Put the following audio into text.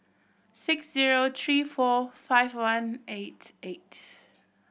six zero three four five one eight eight